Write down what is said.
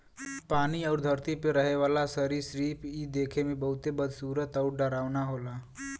पानी आउर धरती पे रहे वाला सरीसृप इ देखे में बहुते बदसूरत आउर डरावना होला